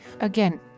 Again